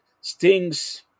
Sting's